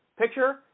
picture